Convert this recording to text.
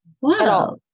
Wow